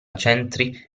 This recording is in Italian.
centri